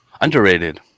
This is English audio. underrated